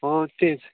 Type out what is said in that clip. हो तेच